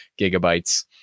gigabytes